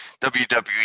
wwe